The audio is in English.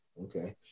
Okay